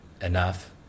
enough